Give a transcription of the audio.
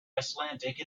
icelandic